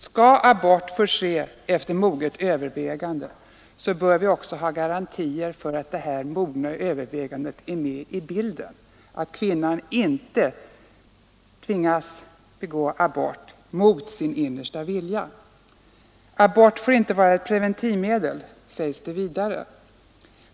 Skall abort få ske efter moget övervägande, bör vi också ha garantier för att det mogna övervägandet är med i bilden och att kvinnan inte tvingas begå abort mot sin innersta vilja. Abort får inte vara ett preventivmedel, sägs det vidare.